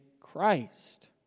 Christ